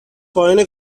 پایان